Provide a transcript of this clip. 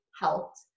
helped